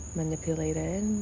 manipulated